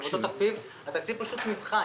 התקציב פשוט נדחה.